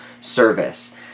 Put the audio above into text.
service